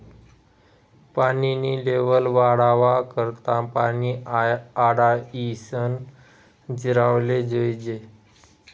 पानी नी लेव्हल वाढावा करता पानी आडायीसन जिरावाले जोयजे